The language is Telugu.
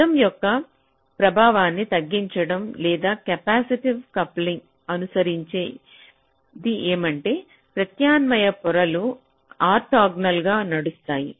శబ్దం యొక్క ప్రభావాన్ని తగ్గించడం లేదా కెపాసిటివ్ కప్లింగ్ అనుసరించే ది ఏమంటే ప్రత్యామ్నాయ పొరలు ఆర్తోగోనల్గా నడుస్తాయి